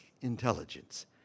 intelligence